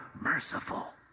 merciful